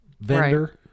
vendor